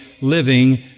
living